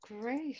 Great